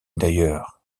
d’ailleurs